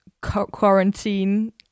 quarantine